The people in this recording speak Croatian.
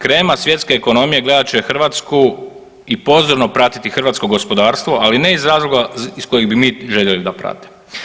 Krema svjetske ekonomije gledat će Hrvatsku i pozorno pratiti hrvatsko gospodarstvo, ali ne iz razloga iz kojeg bi mi željeli da prate.